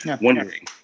wondering